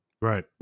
right